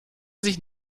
sich